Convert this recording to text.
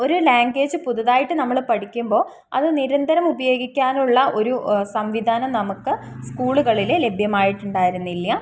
ഒരു ലാംഗ്വേജ് പുതിയതായിട്ട് നമ്മള് പഠിക്കുമ്പോള് അത് നിരന്തരം ഉപയോഗിക്കാനുള്ള ഒരു സംവിധാനം നമുക്ക് സ്കൂളുകളില് ലഭ്യമായിട്ടുണ്ടായിരുന്നില്ല